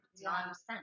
nonsense